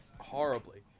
horribly